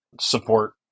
support